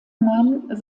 man